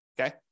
okay